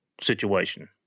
situation